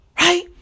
Right